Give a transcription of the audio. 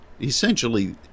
essentially